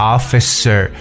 Officer